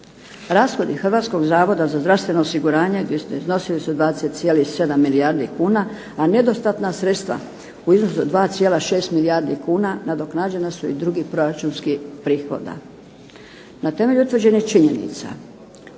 Rashodi Hrvatskog zavoda za zdravstveno osiguranje iznosili su 20,7 milijardi kuna a nedostatna sredstva u iznosu od 2,6 milijardi kuna nadoknađena su iz drugih proračunskih prihoda. Na temelju utvrđenih činjenica